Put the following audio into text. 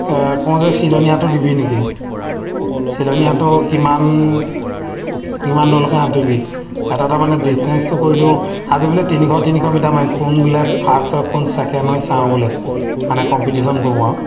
কওঁ যে চিলনী সাঁতোৰ দিবি নেকি চিলনী সাঁতোৰ কিমান কিমান দূৰলৈকে সাঁতোৰিবি এটা এটা মানে ডিষ্টেঞ্চটো কৰি দিওঁ আজি বোলে তিনিশ তিনিশ মিটাৰ মাৰিম কোন বোলে ফাৰ্ষ্ট হয় কোন ছেকেণ্ড হয় চাওঁ বোলে মানে কম্পিটিশ্যন কৰোঁ আৰু